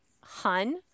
Hun